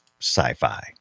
sci-fi